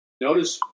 Notice